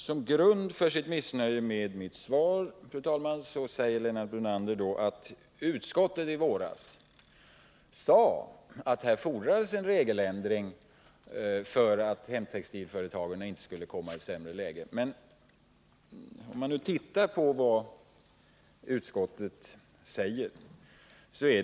Som grund för sitt missnöje med mitt svar, fru talman, anför Lennart Brunander att utskottet i våras sade att det fordras en regeländring för att hemtextilföretagen inte skall komma i ett sämre läge än andra företag. Men låt oss titta på vad utskottet sade.